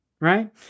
Right